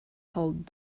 hold